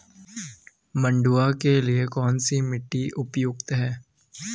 मंडुवा के लिए कौन सी मिट्टी उपयुक्त है?